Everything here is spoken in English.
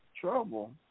trouble